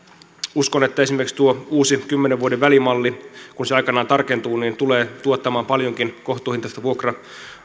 uskon että esimerkiksi tuo uusi kymmenen vuoden välimalli kun se aikanaan tarkentuu tulee tuottamaan paljonkin kohtuuhintaista vuokra